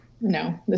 no